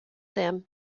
them